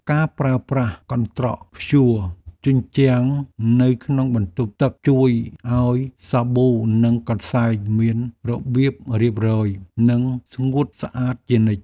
ការប្រើប្រាស់កន្ត្រកព្យួរជញ្ជាំងនៅក្នុងបន្ទប់ទឹកជួយឱ្យសាប៊ូនិងកន្សែងមានរបៀបរៀបរយនិងស្ងួតស្អាតជានិច្ច។